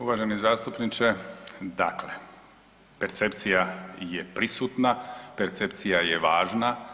Uvaženi zastupniče, dakle percepcija je prisutna, percepcija je važna.